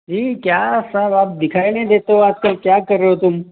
जी क्या साहब आप दिखाई नहीं देते हो आजकल क्या कर रहे हो तुम